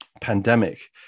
pandemic